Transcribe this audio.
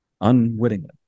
unwittingly